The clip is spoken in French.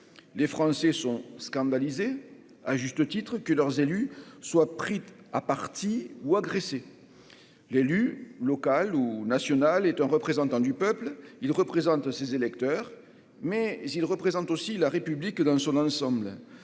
les Français sont scandalisés à juste titre, que leurs élus soient pris à partie ou agressé l'élu local ou national est un représentant du peuple, il représente ses électeurs mais il représente aussi la République dans son ensemble,